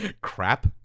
Crap